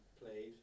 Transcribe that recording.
played